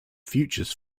futures